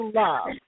love